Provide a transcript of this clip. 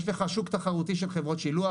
יש לך שוק תחרותי של חברות שילוח.